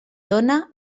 dóna